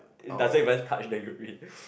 does it even touch the urine